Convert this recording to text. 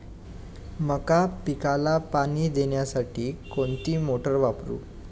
मका पिकाला पाणी देण्यासाठी कोणती मोटार वापरू?